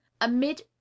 Amid